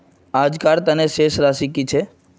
आजकार तने शेष राशि कि छे?